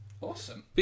awesome